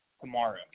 tomorrow